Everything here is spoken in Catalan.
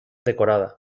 decorada